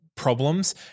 Problems